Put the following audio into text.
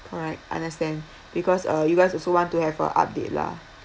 correct understand because uh you guys also want to have a update lah